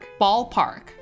Ballpark